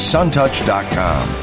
Suntouch.com